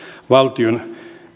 valtion